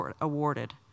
awarded